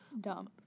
dumb